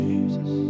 Jesus